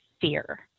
fear